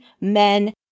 men